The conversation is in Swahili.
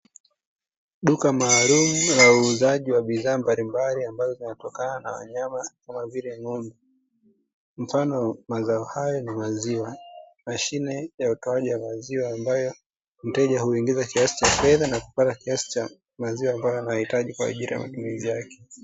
Duka maalumu la uuzaji wa bidhaa mbalimbali ambazo zinatokana na wanyama kama vile ng'ombe; mfano wa mazao hayo ni maziwa. Mashine ya utoaji wa maziwa ambayo mteja huingiza kiasi cha fedha na kupata kiasi cha maziwa ambayo anayahitaji kwa ajili ya matumizi yake.